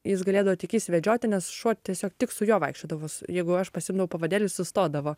jis galėdavo tik jis vedžioti nes šuo tiesiog tik su juo vaikščiodavos jeigu aš pasiimdavau pavadėlį sustodavo